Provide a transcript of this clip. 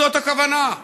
זאת הכוונה.